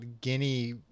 guinea